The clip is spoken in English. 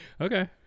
Okay